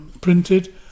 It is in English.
printed